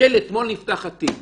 אתמול נפתח התיק